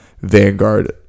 Vanguard